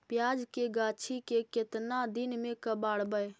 प्याज के गाछि के केतना दिन में कबाड़बै?